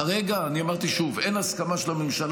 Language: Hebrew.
כרגע, אמרתי שוב שאין הסכמה של הממשלה